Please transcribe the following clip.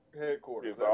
headquarters